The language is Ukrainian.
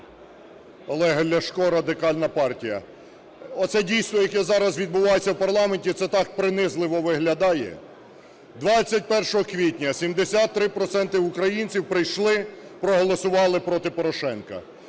Олег Ляшко, Радикальна партія. Оце дійство, яке зараз відбувається в парламенті, це так принизливо виглядає. 21 квітня 73 проценти українців прийшли, проголосували проти Порошенка.